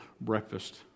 breakfast